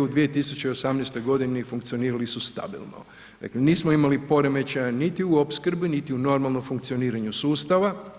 u 2018. funkcionirali su stabilno, dakle nismo imali poremećaja niti u opskrbi biti u normalnom funkcioniranju sustava.